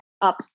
up